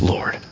Lord